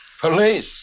Police